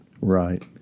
Right